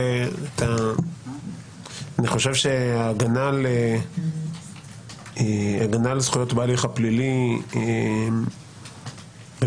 אני חושב שההגנה על זכויות בהליך הפלילי במדינת